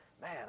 man